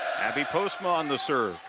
abby postma on the serve